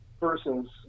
persons